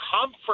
comfort